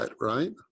right